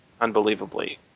Unbelievably